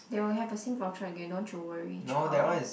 they will have a same voucher again don't you worry child